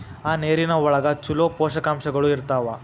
ಆ ನೇರಿನ ಒಳಗ ಚುಲೋ ಪೋಷಕಾಂಶಗಳು ಇರ್ತಾವ